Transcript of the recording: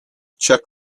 check